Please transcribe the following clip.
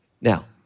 Now